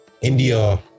india